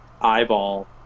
eyeball